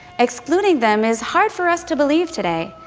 excluding them is hard for us to believe today.